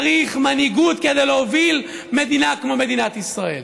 צריך מנהיגות כדי להוביל מדינה כמו מדינת ישראל,